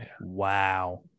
Wow